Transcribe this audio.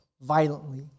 violently